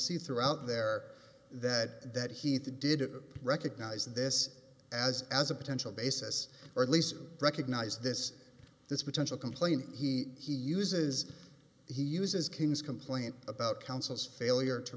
see throughout there that that he did recognize this as as a potential basis or at least recognize this this potential complaint he he uses he uses king's complaint about counsel's failure to